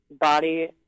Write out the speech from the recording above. body